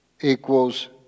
equals